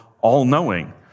all-knowing